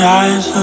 eyes